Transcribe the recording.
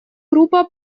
группа